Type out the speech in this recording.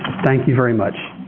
thank you very much.